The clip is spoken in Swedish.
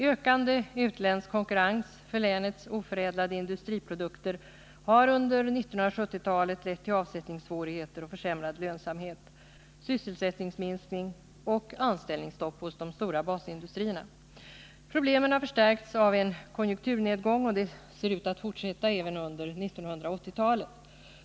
Ökande utländsk konkurrens för länets oförädlade industriprodukter har under 1970-talet lett till avsättningssvårigheter, försämrad lönsamhet, sysselsättningsminskning och anställningsstopp hos de stora basindustrierna. Problemen har förstärkts av en konjunkturnedgång, och de ser ut att fortsätta även under 1980-talet.